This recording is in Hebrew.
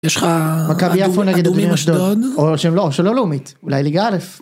יש לך מכבי יפו נגד לאומית אשדוד או שלא לאומית אולי ליגה א'